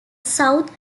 south